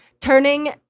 turning